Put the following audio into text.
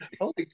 holy